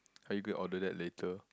are you going to order that later